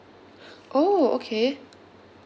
oh okay